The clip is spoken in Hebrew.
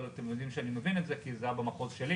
אבל אתם יודעים שאני מבין את זה כי זה היה במחוז שלי